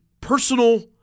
personal